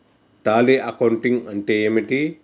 Tally accounting అంటే ఏమిటి?